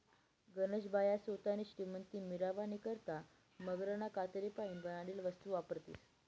गनज बाया सोतानी श्रीमंती मिरावानी करता मगरना कातडीपाईन बनाडेल वस्तू वापरतीस